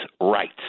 rights